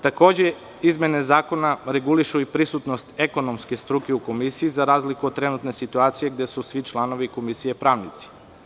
Takođe, izmene zakona regulišu i prisutnost ekonomske struke u komisiji, za razliku od trenutne situacije gde su svi članovi komisije pravnici.